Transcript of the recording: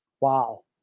wow